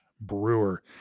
brewer